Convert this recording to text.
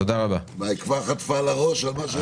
היא כבר חטפה על הראש על מה שהיא אמרה.